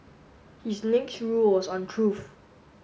his next rule was on truth